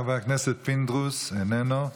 חבר הכנסת פינדרוס, איננו.